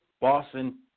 Boston